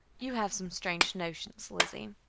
you have some strange notions, lizzie.